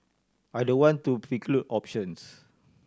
I don't want to preclude options